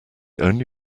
only